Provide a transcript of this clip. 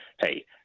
hey